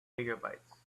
gigabytes